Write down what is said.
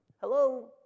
Hello